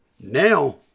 Now